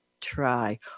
try